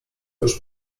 już